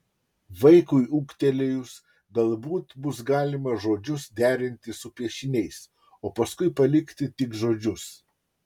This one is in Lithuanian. vaikui ūgtelėjus galbūt bus galima žodžius derinti su piešiniais o paskui palikti tik žodžius